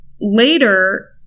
later